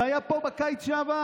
זה היה פה בקיץ שעבר,